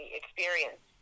experience